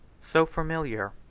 so familiar,